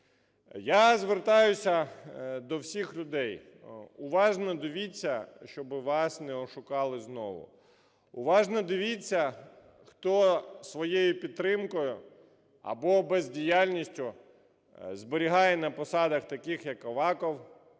Я звертаюся до всіх людей. Уважно дивіться, щоби вас не ошукали знову. Уважно дивіться, хто своєю підтримкою або бездіяльністю зберігає на посадах таких як Аваков,